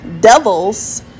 devils